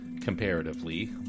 comparatively